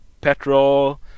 petrol